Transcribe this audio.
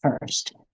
first